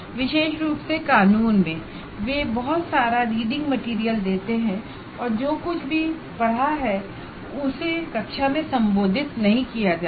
विशेष रूप से कानून में वे बहुत सारा रीडिंग मटेरियल देते हैं और जो कुछ भी पढ़ा है उसे कक्षा में संबोधित नहीं किया जाता